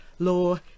law